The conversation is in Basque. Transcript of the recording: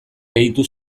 gehitu